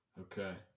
okay